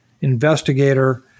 investigator